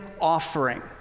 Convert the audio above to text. offering